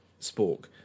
spork